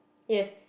yes